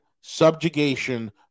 subjugation